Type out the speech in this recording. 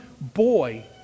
boy